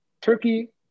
Turkey